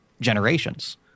generations